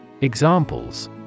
Examples